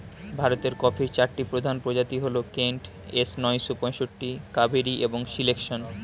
ভারতের কফির চারটি প্রধান প্রজাতি হল কেন্ট, এস নয়শো পঁয়ষট্টি, কাভেরি এবং সিলেকশন